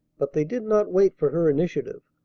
but they did not wait for her initiative.